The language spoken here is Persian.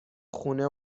خونه